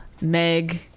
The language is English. Meg